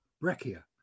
breccia